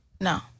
No